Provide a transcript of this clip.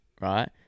Right